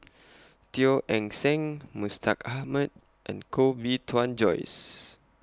Teo Eng Seng Mustaq Ahmad and Koh Bee Tuan Joyce